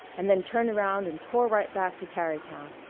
and then turned around and tore right back to tarrytown.